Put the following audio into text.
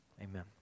Amen